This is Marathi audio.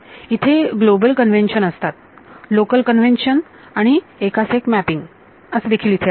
इथे ग्लोबल कन्वेंशन असतात लोकल कन्व्हेन्शन आणि एकास एक मॅपिंग देखील इथे असते